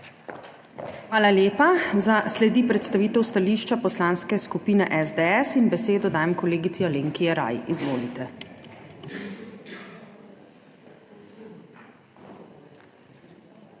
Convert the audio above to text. Hvala lepa. Sledi predstavitev stališča Poslanske skupine SDS in besedo dajem kolegici Alenki Jeraj. Izvolite.